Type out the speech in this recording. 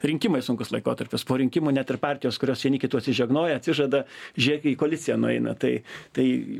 rinkimai sunkus laikotarpis po rinkimų net ir partijos kurios vieni kitų atsižegnoja atsižada žėk į koaliciją nueina tai tai